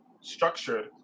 structured